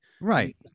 Right